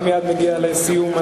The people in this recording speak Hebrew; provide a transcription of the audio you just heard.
אני מייד מגיע לסיום,